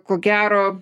ko gero